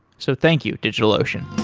so thank you, digitalocean